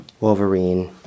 Wolverine